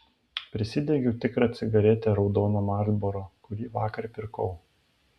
prisidegiau tikrą cigaretę raudono marlboro kurį vakar pirkau